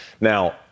Now